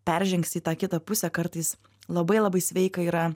peržengsi į tą kitą pusę kartais labai labai sveika yra